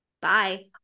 bye